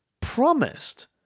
promised